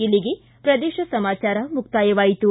ಇಲ್ಲಿಗೆ ಪ್ರದೇಶ ಸಮಾಚಾರ ಮುಕ್ತಾಯವಾಯಿತು